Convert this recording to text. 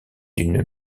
d’une